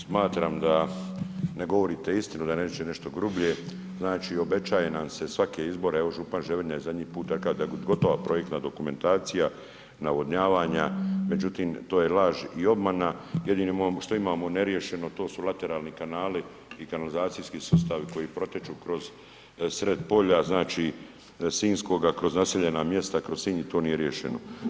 Smatram da ne govorite istinu, da ne rečem nešto grublje, znači obećaje nam se svake izbore, evo župan Ževrnja je zadnji put rekao da je gotova projektna dokumentacija navodnjavanja međutim to je laž i obmana, jedini što imamo neriješeno to su lateralni kanali i kanalizacijski sustavi koji protječu kroz sred polja, znači Sinjskoga, kroz naseljena mjesta, kroz Sinj i to nije riješeno.